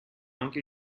anche